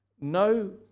No